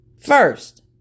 First